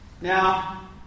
Now